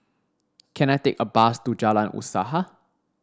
can I take a bus to Jalan Usaha